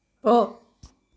போ